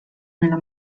nella